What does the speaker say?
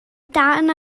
dan